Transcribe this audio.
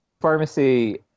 pharmacy